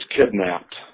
kidnapped